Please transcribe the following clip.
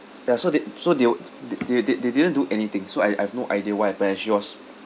ya so they so they were th~ the~ they they didn't do anything so I I've no idea what happened she was